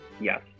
yes